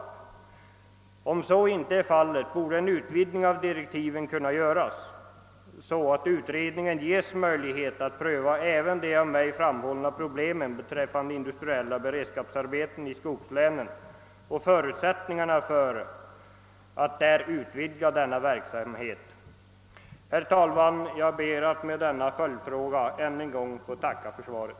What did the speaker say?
Om så inte är fallet borde en utvidgning av direktiven kunna göras, så att utredningen ges möjlighet att pröva även de av mig framhållna problemen beträffande industriella beredskapsarbeten i skogslänen och förutsättningarna för att där utvidga denna verksamhet.» Jag ber än en gång att få tacka för svaret.